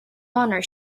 honor